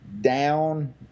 down